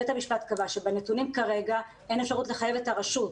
בית המשפט קבע שבנתונים כרגע אין אפשרות לחייב את הרשות.